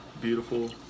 beautiful